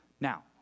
Now